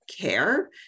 care